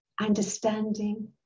understanding